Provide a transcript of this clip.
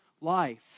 life